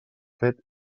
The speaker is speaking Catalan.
fet